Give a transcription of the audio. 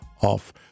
off